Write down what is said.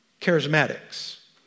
charismatics